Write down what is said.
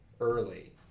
early